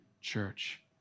church